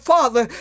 Father